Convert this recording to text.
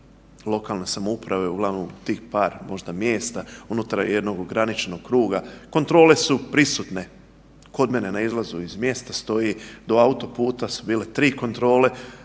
lokalne samouprave, uglavnom tih par možda mjesta unutar jednog ograničenog kruga, kontrole su prisutne. Kod mene na izlazu iz mjesta stoji, do autoputa su bile 3 kontrole,